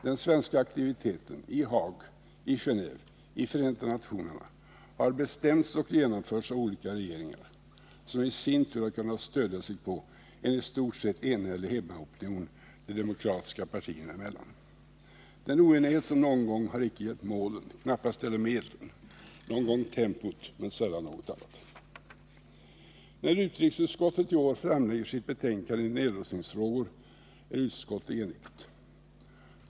Den svenska aktiviteten i Haag, i Geneve, i FN har bestämts och genomförts av olika regeringar, som i sin tur har kunnat stödja sig på en i stort sett enhällig hemmaopinion de demokratiska partierna emellan. Den oenighet som någon gång rått har icke gällt målen — knappast heller medlen; någon gång tempot — sällan något annat. När utrikesutskottet i år framlägger ett betänkande i nedrustningsfrågor är utskottet enigt.